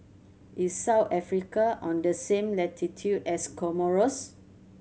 is South Africa on the same latitude as Comoros